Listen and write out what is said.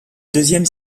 deuxième